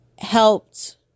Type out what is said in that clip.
Helped